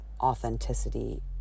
authenticity